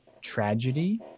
tragedy